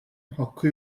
hakkı